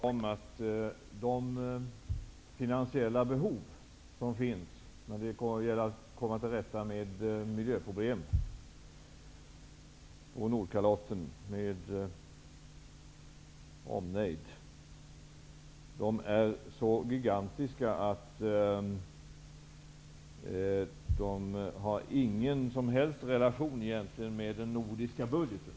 Herr talman! Min avsikt är att tala om att de finansiella behov som finns när det gäller att komma till rätta med miljöproblemen på Nordkalotten med omnejd är så gigantiska att de inte har någon som helst relation med den nordiska budgeten.